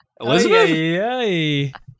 Elizabeth